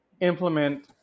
implement